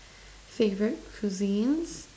favourite cuisines